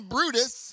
Brutus